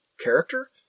character